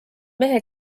mehe